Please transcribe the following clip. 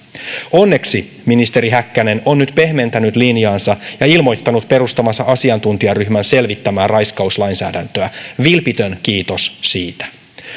onneksi ministeri häkkänen on nyt pehmentänyt linjaansa ja ilmoittanut perustavansa asiantuntijaryhmän selvittämään raiskauslainsäädäntöä vilpitön kiitos siitä